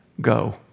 go